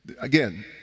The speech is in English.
Again